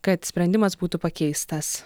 kad sprendimas būtų pakeistas